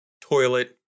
toilet